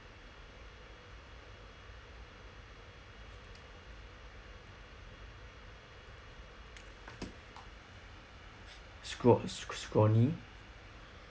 scraw~ scr~ scrawny